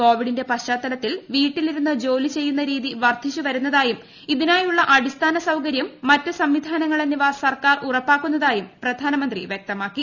കോവിഡിന്റെ പശ്ചാത്തലത്തിൽ വീട്ടിലിരുന്ന് ജോലി ചെയ്യുന്ന രീതി വർദ്ധിച്ചു വരുന്നതായും ഇതിനായുള്ള അട്ടിസ്മാന സൌകര്യം മറ്റ് സംവിധാനങ്ങൾ എന്നിവ സ്യർക്കാർ ഉറപ്പാക്കുന്നതായും പ്രധാനമന്ത്രി വൃക്തമാക്കി